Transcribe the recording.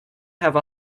have